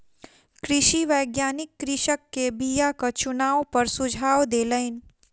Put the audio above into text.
कृषि वैज्ञानिक कृषक के बीयाक चुनाव पर सुझाव देलैन